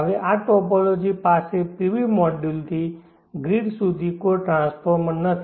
હવે આ ટોપોલોજી પાસે PV મોડ્યુલથી ગ્રીડ સુધી કોઈ ટ્રાન્સફોર્મર નથી